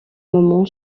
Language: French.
moment